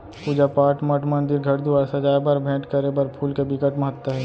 पूजा पाठ, मठ मंदिर, घर दुवार सजाए बर, भेंट करे बर फूल के बिकट महत्ता हे